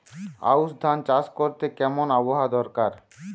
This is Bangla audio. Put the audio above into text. আউশ ধান চাষ করতে কেমন আবহাওয়া দরকার?